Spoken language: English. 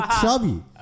chubby